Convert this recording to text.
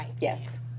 Yes